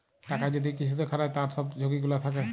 টাকা যদি কিসুতে খাটায় তার সব ঝুকি গুলা থাক্যে